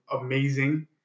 amazing